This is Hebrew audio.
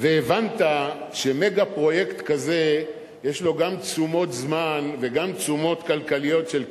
והבנת שמגה-פרויקט כזה יש לו גם תשומות זמן וגם תשומות כלכליות של כסף,